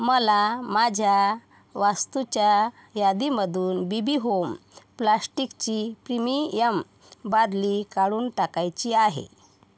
मला माझ्या वास्तूच्या यादीमधून बीबी होम प्लाश्टिकची पिमियम बादली काढून टाकायची आहे